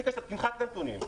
תמחק את הנתונים,